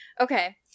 Okay